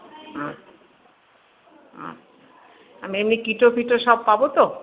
হুম হুম মেইনলি কিটো ফিটো সব পাব তো